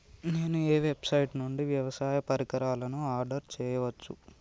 నేను ఏ వెబ్సైట్ నుండి వ్యవసాయ పరికరాలను ఆర్డర్ చేయవచ్చు?